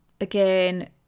again